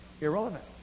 irrelevant